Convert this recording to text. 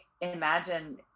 imagine